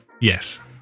Yes